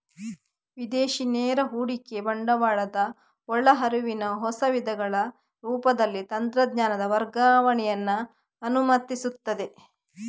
ವಿದೇಶಿ ನೇರ ಹೂಡಿಕೆ ಬಂಡವಾಳದ ಒಳ ಹರಿವಿನ ಹೊಸ ವಿಧಗಳ ರೂಪದಲ್ಲಿ ತಂತ್ರಜ್ಞಾನದ ವರ್ಗಾವಣೆಯನ್ನ ಅನುಮತಿಸ್ತದೆ